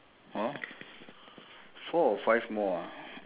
oh o~ on the right or the left